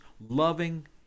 loving